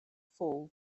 fool